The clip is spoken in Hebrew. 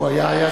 הוא היה.